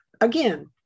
Again